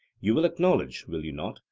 you will acknowledge, will you not,